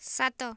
ସାତ